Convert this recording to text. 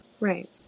Right